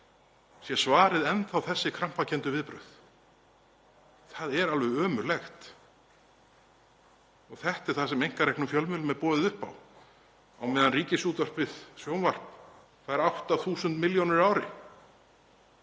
sé svarið enn þá þessi krampakenndu viðbrögð. Það er alveg ömurlegt. Þetta er það sem einkareknum fjölmiðlum er boðið upp á á meðan Ríkisútvarpið – sjónvarp fær 8.000 milljónir á ári.